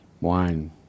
wine